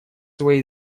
свои